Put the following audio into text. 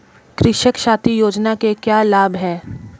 कृषक साथी योजना के क्या लाभ हैं?